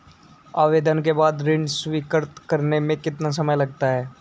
आवेदन के बाद ऋण स्वीकृत करने में कितना समय लगता है?